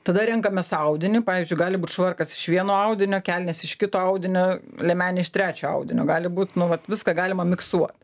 tada renkamės audinį pavyzdžiui gali būt švarkas iš vieno audinio kelnės iš kito audinio liemenė iš trečio audinio gali būt nu vat viską galima miksuot